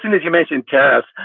soon as you mentioned cars,